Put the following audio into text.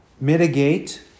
mitigate